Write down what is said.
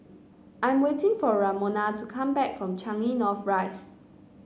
I am waiting for Ramona to come back from Changi North Rise